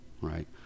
right